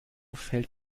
fällt